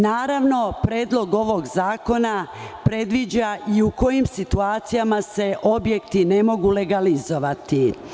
Naravno, predlog ovog zakona predviđa i u kojim situacijama se objekti ne mogu legalizovati.